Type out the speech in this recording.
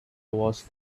wars